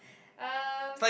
um